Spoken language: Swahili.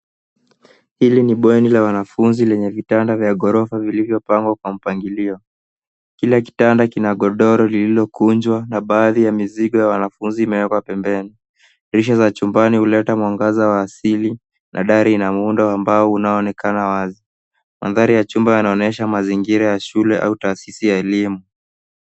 Hili ni bweni la wanafunzi lenye vitanda vya gorofa vilivyopangwa kwa mpangilio. Kila kitanda kina godoro lililokunjwa na baadhi ya mizigo ya wanafunzi imewekwa pembeni. Dirisha za chumbani huleta mwangaza wa asili na dari ina muundo wa mbao unaoonekana wazi. Mandhari ya chumba yanaonyesha mazingira ya shule au taasisi ya elimu.